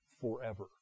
forever